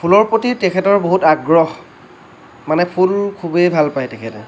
ফুলৰ প্ৰতি তেখেতৰ বহুত আগ্ৰহ মানে ফুল খুবেই ভাল পায় তেখেতে